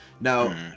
Now